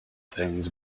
things